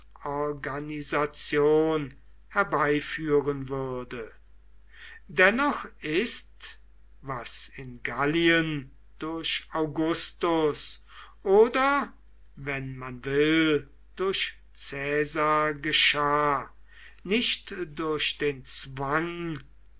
desorganisation herbeiführen würde dennoch ist was in gallien durch augustus oder wenn man will durch caesar geschah nicht durch den zwang